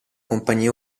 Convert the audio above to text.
compagnie